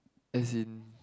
as in